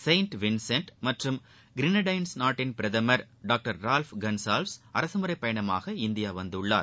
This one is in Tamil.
செயின்ட் வின்சென்ட் மற்றும் கிரினடைன்ஸ் நாட்டின் பிரதமர் டாக்டர் ரால்ஃப் கள்சால்வ்ஸ் அரசுமுறை பயணமாக இந்தியா வந்தள்ளார்